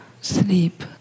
sleep